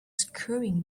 screwing